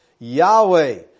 Yahweh